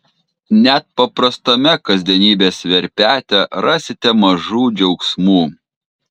net paprastame kasdienybės verpete rasite mažų džiaugsmų